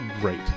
great